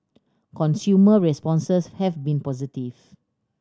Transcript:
consumer responses have been positive